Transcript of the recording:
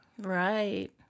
Right